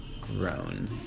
grown